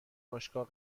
باشگاه